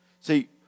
See